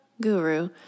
guru